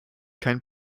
kein